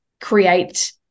create